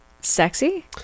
sexy